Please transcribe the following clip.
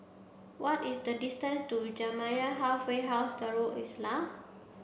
what is the distance to Jamiyah Halfway House Darul Islah